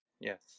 Yes